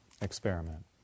experiment